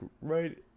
right